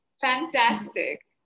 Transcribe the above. Fantastic